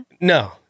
no